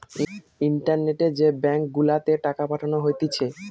ইন্টারনেটে যে ব্যাঙ্ক গুলাতে টাকা পাঠানো হতিছে